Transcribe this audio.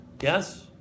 yes